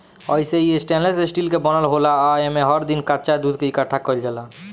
अइसे इ stainless steel के बनल होला आ एमे हर दिन कच्चा दूध के इकठ्ठा कईल जाला